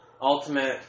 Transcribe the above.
ultimate